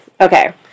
okay